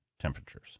temperatures